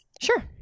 Sure